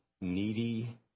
needy